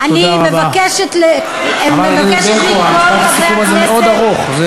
אני מבקשת מכל חברי הכנסת, תודה רבה.